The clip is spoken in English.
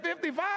55